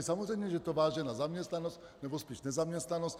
Samozřejmě se to váže na zaměstnanost, nebo spíš nezaměstnanost.